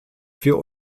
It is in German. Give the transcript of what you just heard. für